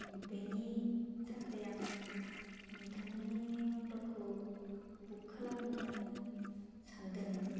बेनिथाखाय आं नोंथांनि अट'खौ बुक खालामनो सान्दों